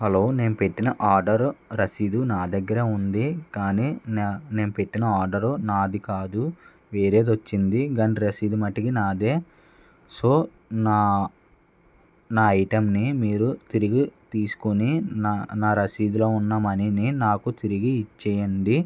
hello నేను పెట్టిన order రశీదు నా దగ్గర ఉంది కాని నేను పెట్టిన ఆర్డరు నాది కాదు వేరేది వచ్చింది కాని రశీదు మటుకి నాదే సో నా నా ఐటమ్ని మీరు తిరిగి తీసుకుని నా రశీదులో ఉన్న మనీని నాకు తిరిగి ఇచ్చేయండి